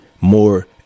more